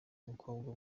umukobwa